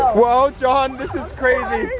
whoa, john, this is crazy.